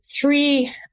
three